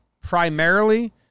primarily